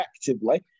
effectively